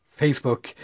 Facebook